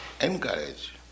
encourage